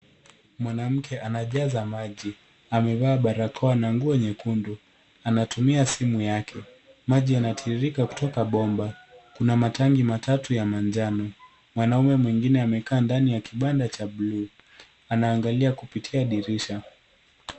Mwanamke anajaza maji. Amevaa barakoa na nguo nyekundu. Anatumia simu yake. Maji yanatiririka kutoka bomba. Kuna matangi matatu ya manjano. Mwanaume mwengine amekaa ndani ya kibanda cha blue . Anaangalia kupitia dirisha.